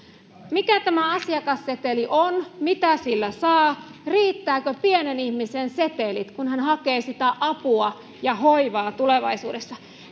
mikä tämä asiakasseteli on mitä sillä saa riittävätkö pienen ihmisen setelit kun hän hakee sitä apua ja hoivaa tulevaisuudessa